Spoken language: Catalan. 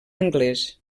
anglès